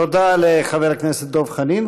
תודה לחבר הכנסת דב חנין.